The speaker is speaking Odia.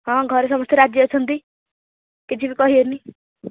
ହଁ ଘରେ ସମସ୍ତେ ରାଜି ଅଛନ୍ତି କିଛି ବି କହିବେନି